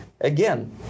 Again